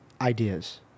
ideas –